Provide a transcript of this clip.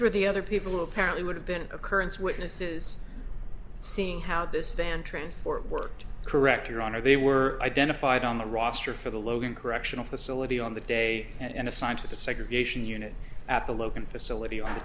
for the other people who apparently would have been an occurrence witnesses seeing how this van transport worked correct your honor they were identified on the roster for the logan correctional facility on the day and assigned to the segregation unit at the local facility on